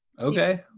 Okay